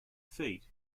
feet